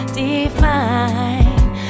define